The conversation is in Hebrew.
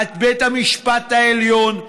את בית המשפט העליון,